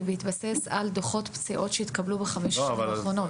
להתבסס על דוחות פציעות שהתקבלו בחמש השנים האחרונות.